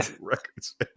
records